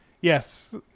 Yes